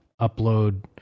upload